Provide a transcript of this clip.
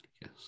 yes